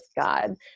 God